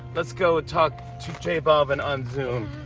let's go talk to j balvin on zoom.